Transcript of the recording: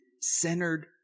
centered